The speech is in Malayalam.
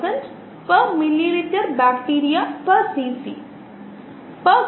ചിലപ്പോൾ കോശങ്ങൾ തന്നെ ഉൽപ്പന്നമാണ് തുടക്കത്തിൽ അൽപ്പം വേറിട്ടതായി തോന്നാമെങ്കിലും ഇത് പരിഗണിക്കാം